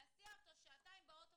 להסיע אותו שעתיים באוטו,